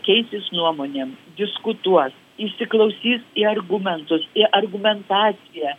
keisis nuomonėm diskutuos įsiklausys į argumentus į argumentaciją